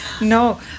No